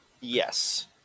Yes